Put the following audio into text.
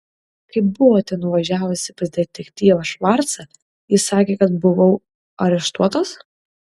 kai buvote nuvažiavusi pas detektyvą švarcą jis sakė kad buvau areštuotas